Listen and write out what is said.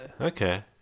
okay